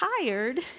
tired